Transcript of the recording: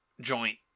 joint